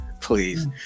Please